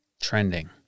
Trending